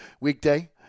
weekday